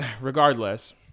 Regardless